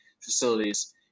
facilities